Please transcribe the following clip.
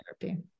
therapy